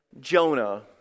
Jonah